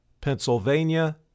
Pennsylvania